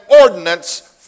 ordinance